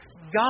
God